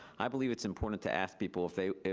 i believe it's important to ask people if they,